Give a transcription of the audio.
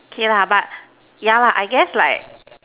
K lah but yeah lah I guess like